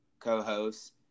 co-hosts